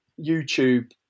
YouTube